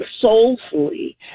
soulfully